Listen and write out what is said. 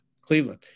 Cleveland